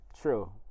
True